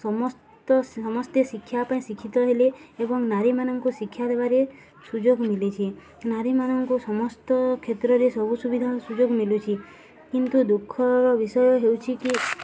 ସମସ୍ତ ସମସ୍ତେ ଶିକ୍ଷା ପାଇଁ ଶିକ୍ଷିତ ହେଲେ ଏବଂ ନାରୀମାନଙ୍କୁ ଶିକ୍ଷା ଦେବାରେ ସୁଯୋଗ ମିଳିଛି ନାରୀମାନଙ୍କୁ ସମସ୍ତ କ୍ଷେତ୍ରରେ ସବୁ ସୁବିଧା ସୁଯୋଗ ମିଳୁଛି କିନ୍ତୁ ଦୁଃଖର ବିଷୟ ହେଉଛି କି